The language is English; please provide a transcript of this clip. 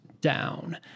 down